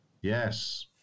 Yes